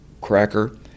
cracker